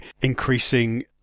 increasing